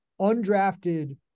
undrafted